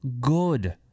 good